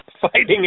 fighting